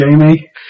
Jamie